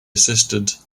assisted